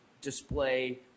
display